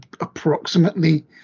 approximately